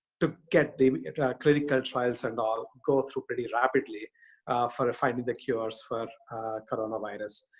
to get the clinical trials and all go through pretty rapidly for finding the cures for coronavirus.